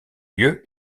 lieu